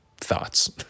Thoughts